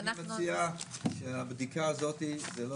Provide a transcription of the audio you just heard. ואנחנו --- אני מציע שהבדיקה הזאת זה לא